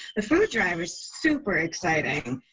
the food drive is super exciting.